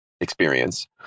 experience